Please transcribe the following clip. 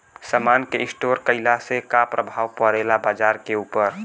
समान के स्टोर काइला से का प्रभाव परे ला बाजार के ऊपर?